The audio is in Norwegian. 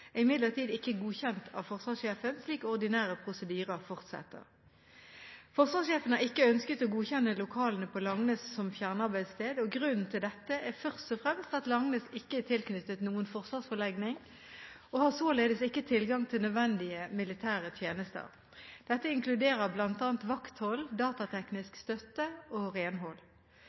imidlertid ikke godkjent av forsvarssjefen, slik ordinære prosedyrer forutsetter. Forsvarssjefen har ikke ønsket å godkjenne lokalene på Langnes som fjernarbeidssted. Grunnen til dette er først og fremst at Langnes ikke er tilknyttet noen forsvarsforlegning, og har således ikke tilgang til nødvendige militære tjenester. Dette inkluderer bl.a. vakthold, datateknisk støtte og renhold.